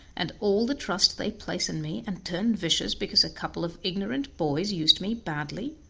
and all the trust they place in me, and turn vicious because a couple of ignorant boys used me badly?